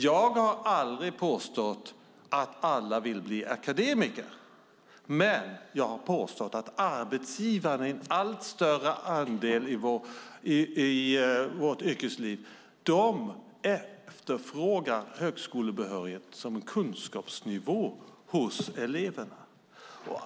Jag har aldrig påstått att alla vill bli akademiker. Men jag har påstått att arbetsgivarna i allt större andel i vårt yrkesliv efterfrågar högskolebehörighet som en kunskapsnivå hos eleverna.